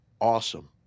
awesome